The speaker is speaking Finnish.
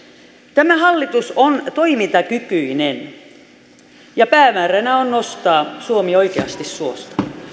tämä hallitus on toimintakykyinen ja päämääränä on nostaa suomi oikeasti suosta